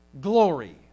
glory